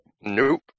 Nope